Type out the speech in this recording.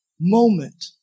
moment